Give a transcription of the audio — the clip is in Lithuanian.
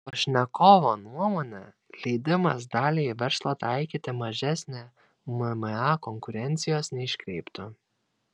pašnekovo nuomone leidimas daliai verslo taikyti mažesnę mma konkurencijos neiškreiptų